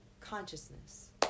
Consciousness